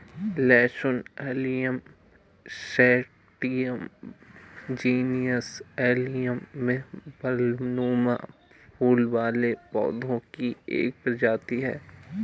लहसुन allium sativum genus allium में बल्बनुमा फूल वाले पौधे की एक प्रजाति है